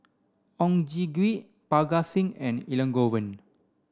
Oon Jin Gee Parga Singh and Elangovan